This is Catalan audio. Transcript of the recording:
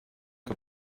que